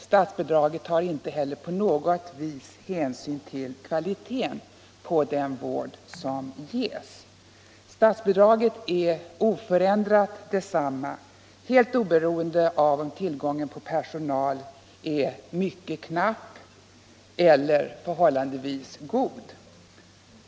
Statsbidraget tar inte heller på något sätt hänsyn till kvaliteten på den vård som ges. Statsbidraget är oförändrat detsamma helt oberoende av om tillgången på personal är mycket knapp eHer förhållandevis god.